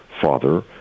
father